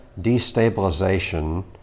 destabilization